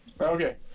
Okay